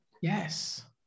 Yes